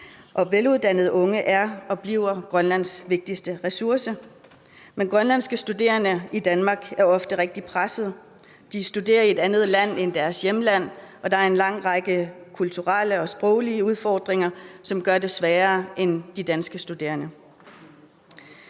veluddannede unge er og bliver Grønlands vigtigste ressource. Men grønlandske studerende i Danmark er ofte rigtig pressede. De studerer i et andet land end deres hjemland, og der er en lang række kulturelle og sproglige udfordringer, som gør det sværere for dem end for de danske studerende.